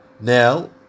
now